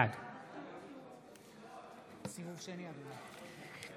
בעד